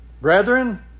brethren